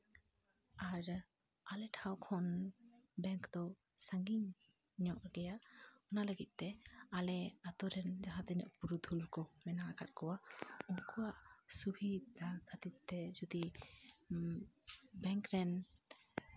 ᱟᱨ ᱟᱞᱮ ᱴᱷᱟᱶ ᱠᱷᱚᱱ ᱵᱮᱝᱠ ᱫᱚ ᱥᱟᱺᱜᱤᱧ ᱧᱚᱜ ᱜᱮᱭᱟ ᱚᱱᱟ ᱞᱟᱹᱜᱤᱫ ᱛᱮ ᱟᱞᱮ ᱟᱹᱛᱩᱨᱮᱱ ᱡᱟᱦᱟᱸ ᱛᱤᱱᱟᱹᱜ ᱯᱩᱨᱩᱫᱷᱩᱞ ᱠᱚ ᱢᱮᱱᱟᱜ ᱟᱠᱟᱫ ᱠᱚᱣᱟ ᱩᱱᱠᱩᱣᱟᱜ ᱥᱩᱵᱤᱫᱷᱟ ᱠᱷᱟᱹᱛᱤᱨ ᱛᱮ ᱡᱩᱫᱤ ᱵᱮᱝᱠ ᱨᱮᱱ